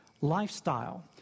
lifestyle